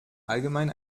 allgemein